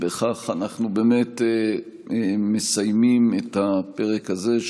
בכך אנחנו מסיימים את הפרק הזה.